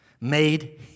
made